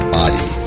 body